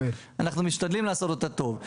אנחנו משתדלים לעשות אותה טוב,